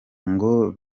ngo